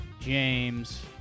James